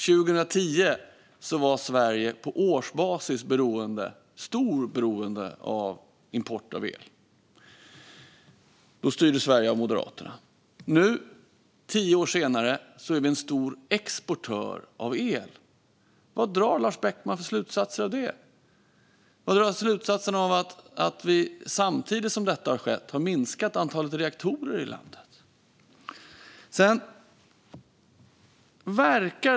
År 2010 var Sverige på årsbasis starkt beroende av import av el. Då styrdes Sverige av Moderaterna. Nu, tio år senare, är vi en stor exportör av el. Vad drar Lars Beckman för slutsatser av det? Och vad drar han för slutsats av att vi samtidigt som detta har skett har minskat antalet reaktorer i landet?